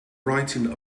writing